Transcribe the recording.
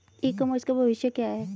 ई commerce का भविष्य क्या है?